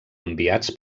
enviats